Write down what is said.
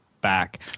back